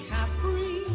Capri